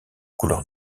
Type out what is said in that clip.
couleur